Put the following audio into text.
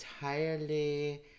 entirely